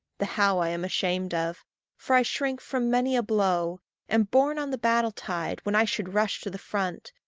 the how i am ashamed of for i shrink from many a blow am borne on the battle-tide, when i should rush to the front,